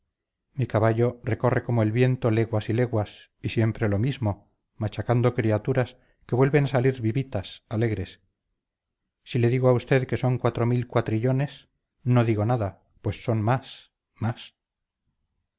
mi caballo recorre como el viento leguas y leguas y siempre lo mismo machacando criaturas que vuelven a salir vivitas alegres si le digo a usted que son cuatro mil cuatrillones no digo nada pues son más más